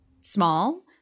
small